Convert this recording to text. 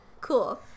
cool